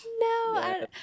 No